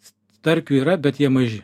starkių yra bet jie maži